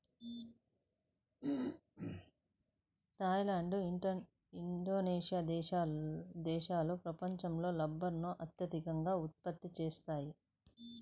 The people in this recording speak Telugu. థాయ్ ల్యాండ్, ఇండోనేషియా దేశాలు ప్రపంచంలో రబ్బరును అత్యధికంగా ఉత్పత్తి చేస్తున్నాయి